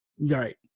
Right